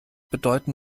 bedeuten